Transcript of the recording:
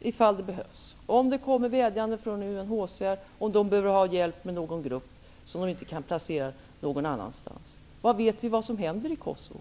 Det kan vara fråga om vädjanden från UNHCR om hjälp för någon grupp som inte kan placeras någon annanstans. Vad vet vi om vad som händer i Kosovo?